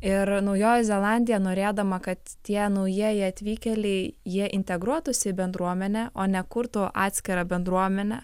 ir naujoji zelandija norėdama kad tie naujieji atvykėliai jie integruotųsi į bendruomenę o ne kurtų atskirą bendruomenę